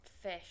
fish